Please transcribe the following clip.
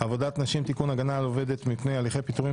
עבודת נשים (תיקון - הגנה על עובדת מפני הליכי פיטורים),